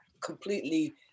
completely